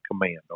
command